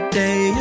day